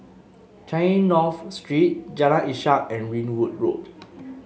Changi North Street Jalan Ishak and Ringwood Road